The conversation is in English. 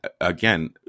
again